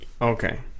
Okay